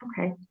Okay